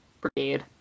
brigade